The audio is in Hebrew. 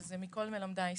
אז מכל מלמדי השכלתי.